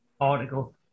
article